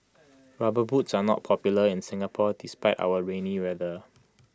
rubber boots are not popular in Singapore despite our rainy weather